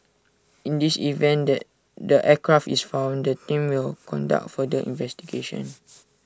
in this event that the aircraft is found the team will conduct further investigation